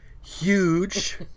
huge